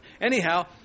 anyhow